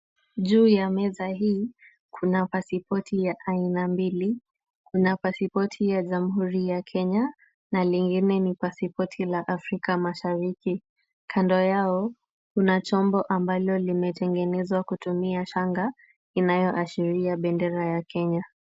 Juu ya meza hii kuna pasipoti ya aina mbili. Kuna pasipoti ya Jamhuri ya Kenya na lingine ni pasipoti la Afrika mashariki. Kando yao, kuna chombo ambalo limetengenezwa kutumia shanga inayoashiria bendera ya kenya.